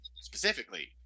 specifically